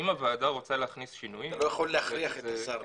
אם הוועדה רוצה להכניס שינויים -- אתה לא יכול להכריח את השר.